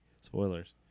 Spoilers